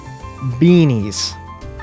beanies